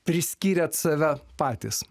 priskyrėte save patys